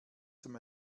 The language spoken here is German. zum